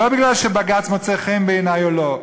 לא מפני שבג"ץ מוצא חן בעיני או לא,